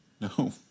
No